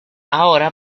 ahora